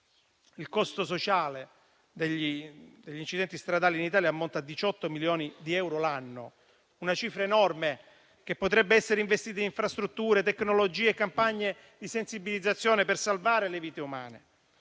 Il costo sociale degli incidenti stradali in Italia ammonta a 18 milioni di euro l'anno; una cifra enorme che potrebbe essere investita in infrastrutture, tecnologie e campagne di sensibilizzazione per salvare le vite umane.